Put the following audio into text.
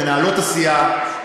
מנהלות הסיעה,